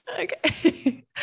okay